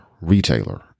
retailer